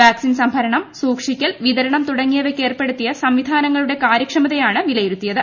vaccine സംഭരണം സൂക്ഷിക്കൽ വിതരണം തുടങ്ങിയവയ്ക്ക് ഏർപ്പെടുത്തിയ സംവിധാനങ്ങളുടെ കാരൃക്ഷമതയാണ് വിലയിരുത്തിയത്